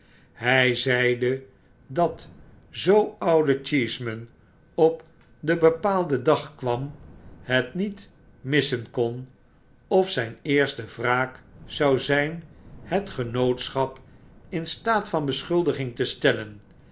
hij zeide dat zoo oude cheeseman op den bepaalden dag kwam het niet missen kon of zijn eerste wraak zou zijn het genootschapin staat van beschuldiging te stellen